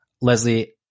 Leslie